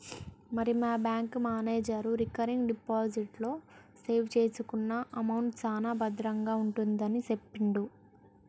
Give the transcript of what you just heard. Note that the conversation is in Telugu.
మరి మా బ్యాంకు మేనేజరు రికరింగ్ డిపాజిట్ లో సేవ్ చేసుకున్న అమౌంట్ సాన భద్రంగా ఉంటుందని సెప్పిండు